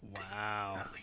Wow